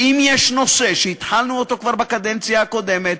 שאם יש נושא שהתחלנו אותו כבר בקדנציה הקודמת,